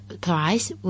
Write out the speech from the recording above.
price